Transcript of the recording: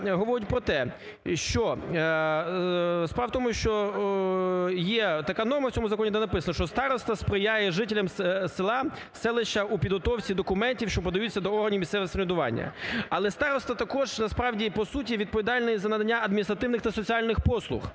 в тому, що є така норма в цьому законі, де написано, що староста сприяє жителям села, селища у підготовці документів, що подаються до органів місцевого самоврядування, але староста також, насправді і по суті, відповідальний за надання адміністративних та соціальних послуг.